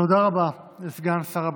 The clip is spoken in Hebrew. תודה רבה לסגן שר הביטחון.